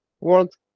world